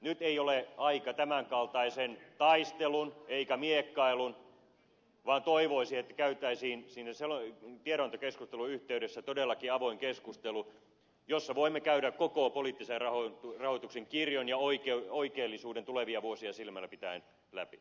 nyt ei ole aika tämänkaltaisen taistelun eikä miekkailun vaan toivoisi että käytäisiin tiedonantokeskustelun yh teydessä todellakin avoin keskustelu jossa voimme käydä koko poliittisen rahoituksen kirjon ja oikeellisuuden tulevia vuosia silmälläpitäen läpi